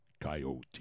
Coyote